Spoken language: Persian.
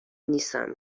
نیستم